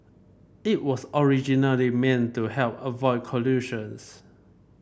it was original them meant to help avoid collisions